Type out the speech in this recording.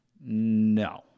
No